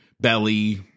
belly